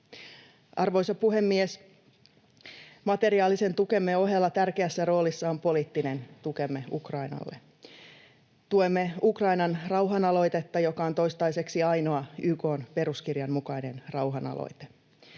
Arvoisa puhemies! Materiaalisen tukemme ohella tärkeässä roolissa on poliittinen tukemme Ukrainalle. Tuemme Ukrainan rauhanaloitetta, joka on toistaiseksi ainoa YK:n peruskirjan mukainen rauhanaloite.